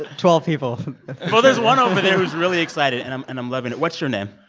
twelve people well, there's one over there who's really excited, and i'm and i'm loving it. what's your name?